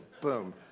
boom